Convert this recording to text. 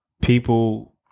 people